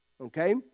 okay